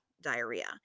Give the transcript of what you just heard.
diarrhea